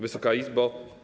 Wysoka Izbo!